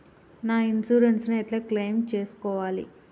నా ఇన్సూరెన్స్ ని ఎట్ల క్లెయిమ్ చేస్కోవాలి?